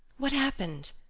what happened?